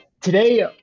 today